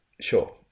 Sure